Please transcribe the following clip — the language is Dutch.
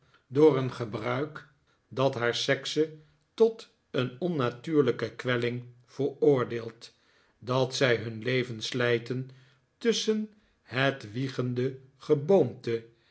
door een gebruik dat haar sekse tot een onnatuurlijke kwelling veroordeelt dat zij hun leven slijten tusschen het wiegende geboomte